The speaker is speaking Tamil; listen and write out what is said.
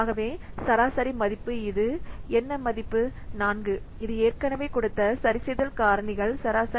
ஆகவே சராசரி மதிப்பு இது என்ன மதிப்பு 4 இது ஏற்கனவே கொடுத்த சரிசெய்தல் காரணிகள் சராசரி